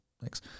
Thanks